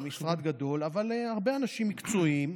נכון, משרד גדול, אבל הרבה אנשים מקצועיים.